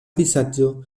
vizaĝo